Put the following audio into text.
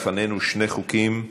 לפנינו שני חוקים.